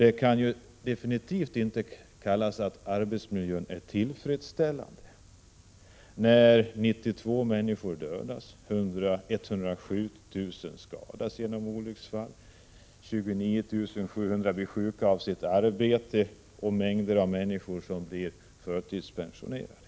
Det kan absolut inte sägas att den är tillfredsställande, när 92 människor dödas, 107 000 skadas genom olycksfall, 29 700 blir sjuka av sitt arbete och en mängd människor blir förtidspensionerade.